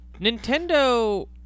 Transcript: Nintendo